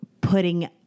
putting